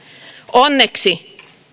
onneksi